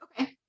Okay